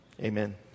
Amen